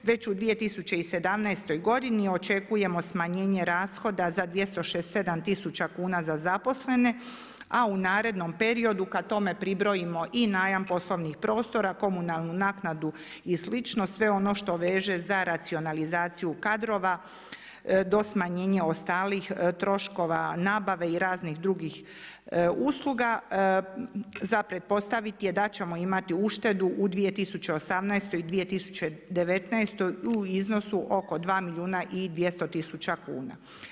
Već u 2017. godini očekujemo smanjenje rashoda za 267000 kuna za zaposlene, a u narednom periodu kad tome pribrojimo i najam poslovnih prostora, komunalnu naknadu i slično sve ono što veže za racionalizaciju kadrova do smanjenja ostalih troškova nabave i raznih drugih usluga za pretpostaviti je da ćemo imati uštedu u 2018. i 2019. u iznosu oko 2 milijuna i 200 tisuća kuna.